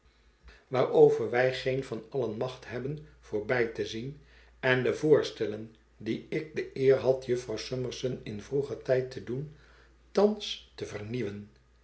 waarover wij geen het verlaten huis van allen macht hebben voorbij te zien en de voorstellen die ik de eer had jufvrouw summerson in vroeger tijd te doen thans te vernieuwen